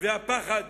והפחד